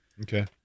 okay